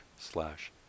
slash